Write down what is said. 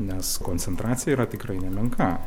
nes koncentracija yra tikrai nemenka